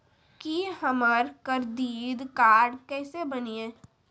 की हमर credit card केसे बनिये?